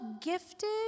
gifted